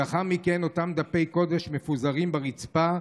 לאחר מכן אותם דפי קודש מפוזרים על הרצפה,